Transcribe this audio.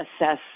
assess